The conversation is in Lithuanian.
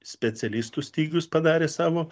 specialistų stygius padarė savo